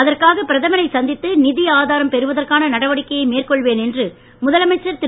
அதற்காக பிரதமரை சந்தித்து நிதி ஆதாரம் பெறுவதற்கான நடவடிக்கையை மேற்கொள்வேன் என்று முதலமைச்சர் திரு